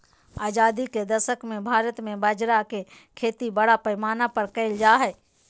आजादी के दशक मे भारत मे बाजरा के खेती बड़ा पैमाना पर करल जा हलय